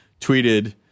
tweeted